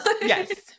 Yes